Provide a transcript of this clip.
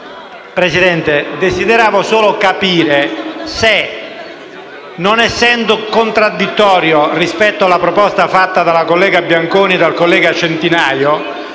Presidente, desidero solo capire se, non essendo contraddittorio rispetto alla proposta fatta dalla collega Bianconi e dal collega Centinaio,